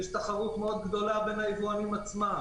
יש תחרות מאוד גדולה בין היבואנים עצמם,